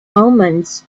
omens